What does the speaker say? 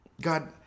God